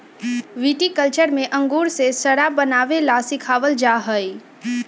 viticulture में अंगूर से शराब बनावे ला सिखावल जाहई